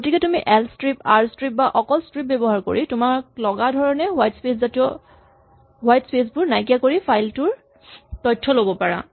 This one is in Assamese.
গতিকে তুমি এল স্ট্ৰিপ আৰ স্ট্ৰিপ বা অকল স্ট্ৰিপ ব্যৱহাৰ কৰি তোমাক লগা ধৰণে হুৱাইট স্পেচ বোৰ নাইকিয়া কৰি ফাইল ৰ পৰা তথ্য ল'ব পাৰা